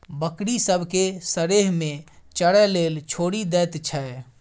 बकरी सब केँ सरेह मे चरय लेल छोड़ि दैत छै